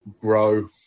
grow